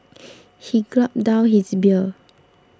he gulped down his beer